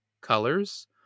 colors